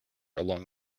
along